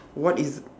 what is